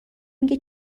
میگه